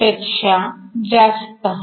पेक्षा जास्त हवा